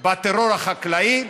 בטרור החקלאי.